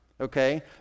okay